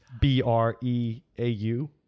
b-r-e-a-u